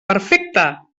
perfecte